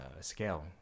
scale